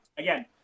Again